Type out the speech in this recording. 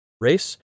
race